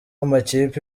amakipe